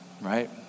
Right